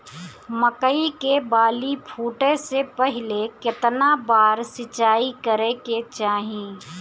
मकई के बाली फूटे से पहिले केतना बार सिंचाई करे के चाही?